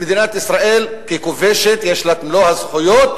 למדינת ישראל, ככובשת, יש לה מלוא ה"זכויות"